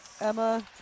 Emma